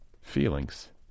feelings